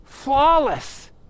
flawless